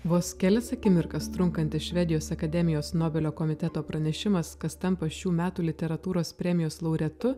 vos kelias akimirkas trunkantys švedijos akademijos nobelio komiteto pranešimas kas tampa šių metų literatūros premijos laureatu